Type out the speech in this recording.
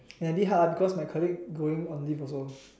and a bit hard ah because my colleague going on leave also